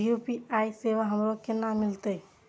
UPI सेवा हमरो केना मिलते?